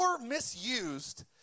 misused